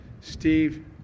Steve